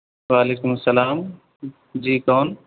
وعلیکم السّلام جی کون